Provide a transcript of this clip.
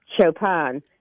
Chopin